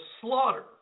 slaughter